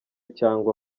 cyangwa